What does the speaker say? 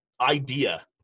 idea